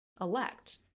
elect